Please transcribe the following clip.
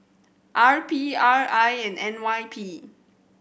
R P R I and N Y P